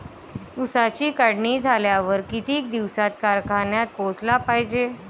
ऊसाची काढणी झाल्यावर किती दिवसात कारखान्यात पोहोचला पायजे?